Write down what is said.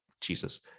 Jesus